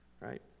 right